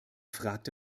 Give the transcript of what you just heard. fragte